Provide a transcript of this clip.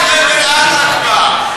חבל-עזה כבר.